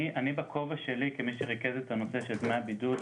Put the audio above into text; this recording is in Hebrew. אני בכובע שלי כמי שריכז את הנושא של תנאי הבידוד,